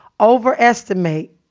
overestimate